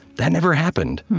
that never happened.